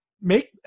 make